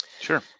Sure